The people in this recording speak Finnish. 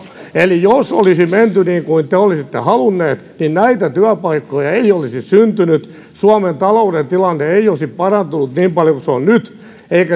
eli jos olisi menty niin kuin te olisitte halunneet niin näitä työpaikkoja ei olisi syntynyt suomen talouden tilanne ei olisi parantunut niin paljon kuin nyt eikä